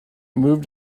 moved